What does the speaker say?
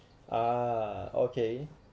ah okay